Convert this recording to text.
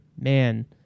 man